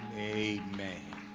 a man